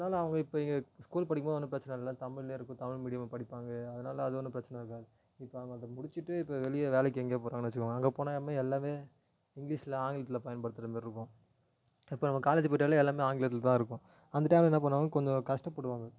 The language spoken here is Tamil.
அதனால அவங்க இப்போ இங்கே ஸ்கூல் படிக்கும் போது ஒன்னும் பிரச்சனை இல்லை தமிழ்லேயே இருக்கும் தமிழ் மீடியமா படிப்பாங்க அதனால அது ஒன்றும் பிரச்சனை இருக்காது இப்போ நாம அதை முடிச்சிட்டு இப்போ வெளிய வேலைக்கு எங்கோ போகிறாங்கனு வச்சிக்கோங்க அங்கே போனாமே எல்லாமே இங்கிலீஷில் ஆங்கிலத்தில் பயன்படுத்துகிற மாதிரி இருக்கும் இப்போ நம்ம காலேஜ் போயிட்டாலே எல்லாமே ஆங்கிலத்தில் தான் இருக்கும் வந்துட்டால் என்ன பண்ணுவாங்க கொஞ்சம் கஷ்டப்படுவாங்க